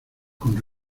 con